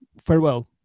farewell